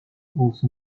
also